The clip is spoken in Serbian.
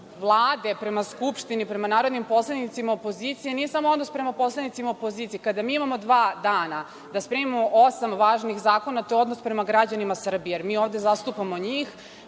Vlade prema Skupštini, prema narodnim poslanicima opozicije nije samo odnos prema poslanicima opozicije. Kada mi imamo dva dana da spremimo osam važnih zakona, to je odnos prema građanima Srbije, jer mi ovde zastupamo njih.